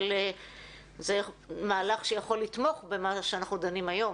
אבל זה מהלך שיכול לתמוך במה שאנחנו דנים היום.